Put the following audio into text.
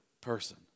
person